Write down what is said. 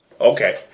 Okay